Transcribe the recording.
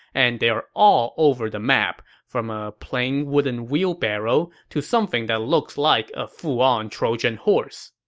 and they are all over the map, from a plain wooden wheelbarrow to something that looks like a full-on trojan horse.